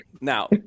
Now